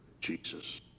Jesus